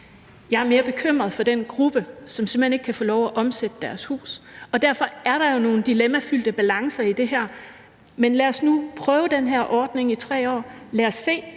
Jeg er mere bekymret for den gruppe, som simpelt hen ikke kan få lov at omsætte deres hus. Og derfor er der jo nogle dilemmafyldte balancer i det her, men lad os nu prøve den her ordning i 3 år. Lad os se,